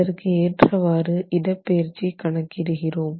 அதற்கு ஏற்றவாறு இடப்பெயர்ச்சி கணக்கிடுகிறோம்